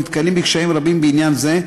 נתקלים בקשיים רבים בעניין זה,